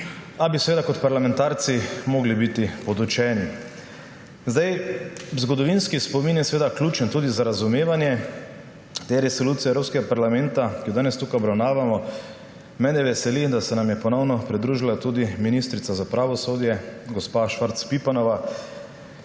pa bi seveda kot parlamentarci morali biti podučeni. Zgodovinski spomin je ključen tudi za razumevanje te resolucije Evropskega parlamenta, ki jo danes tukaj obravnavamo. Mene veseli, da se nam je ponovno pridružila tudi ministrica za pravosodje gospa Švarc Pipan.